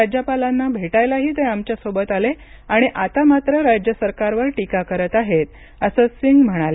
राज्यपालांना भेटायलाही ते आमच्या सोबत आले आणि आता मात्र राज्य सरकारवर टीका करत आहेत असं सिंग म्हणाले